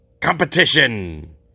competition